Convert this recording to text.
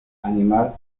animal